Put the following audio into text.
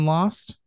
Lost